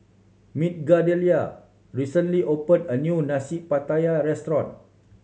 Migdalia recently opened a new Nasi Pattaya restaurant